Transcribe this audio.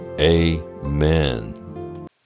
Amen